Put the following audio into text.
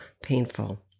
painful